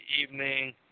evening